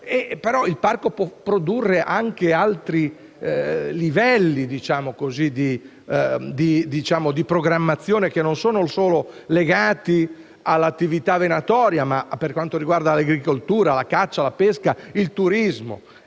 parco potrà però produrre anche altri livelli di programmazione, che non sono solo legati all'attività venatoria, per quanto riguarda l'agricoltura, la caccia, la pesca, il turismo